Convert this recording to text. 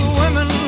women